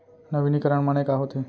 नवीनीकरण माने का होथे?